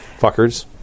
Fuckers